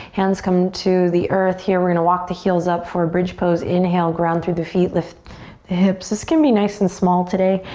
hands come to the earth here. we're gonna walk the heels up for a bridge pose. inhale, ground through the feet, lift the hips. this can be nice and small today.